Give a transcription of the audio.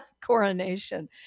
coronation